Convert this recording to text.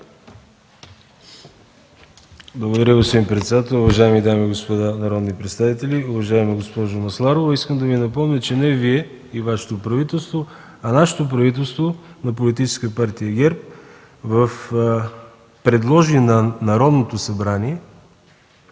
Благодаря, господин председател. Уважаеми дами и господа народни представители, уважаема госпожо Масларова! Искам да Ви напомня, че не Вие и Вашето правителство, а нашето правителство – на Политическа партия ГЕРБ, предложи на Народното събрание